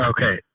Okay